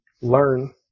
learn